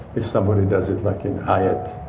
if somebody does it like in hyatt,